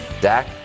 Dak